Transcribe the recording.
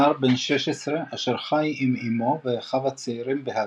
נער בן 16 אשר חי עם אימו ואחיו הצעירים בהרים,